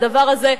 הדבר הזה,